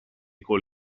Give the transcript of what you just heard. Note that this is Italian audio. con